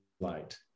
Light